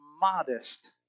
modest